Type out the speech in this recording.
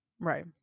Right